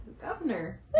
Governor